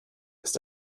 ist